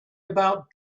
about